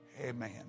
Amen